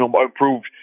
improved